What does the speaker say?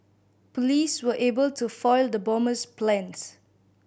police were able to foil the bomber's plans